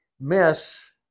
miss